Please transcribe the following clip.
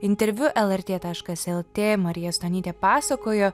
interviu lrt taškas lt marija stonytė pasakojo